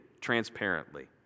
transparently